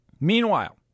Meanwhile